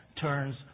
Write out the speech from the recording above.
turns